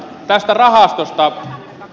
tästä rahastosta